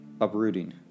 Uprooting